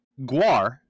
Guar